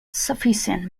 sufficient